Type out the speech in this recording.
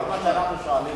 כל מה שאנחנו שואלים,